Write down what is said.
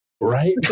Right